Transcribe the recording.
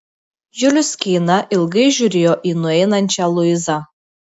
julius keina ilgai žiūrėjo į nueinančią luizą